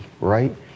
right